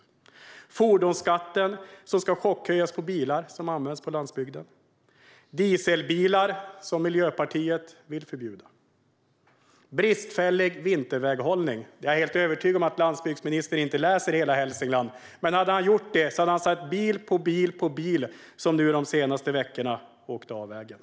Jag tror att det beror på fordonsskatten, som ska chockhöjas på bilar som används på landsbygden - på dieselbilar, som Miljöpartiet vill förbjuda. Jag tror att det beror på bristfällig vinterväghållning. Jag är helt övertygad om att landsbygdsministern inte läser Hela Hälsingland, men hade han gjort det hade han sett bil på bil som de senaste veckorna åkt av vägen.